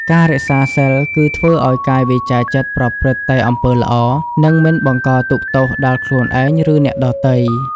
ការរក្សាសីលគឺ ធ្វើឲ្យកាយវាចាចិត្តប្រព្រឹត្តតែអំពើល្អ និងមិនបង្កទុក្ខទោសដល់ខ្លួនឯង ឬអ្នកដទៃ។